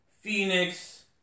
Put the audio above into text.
Phoenix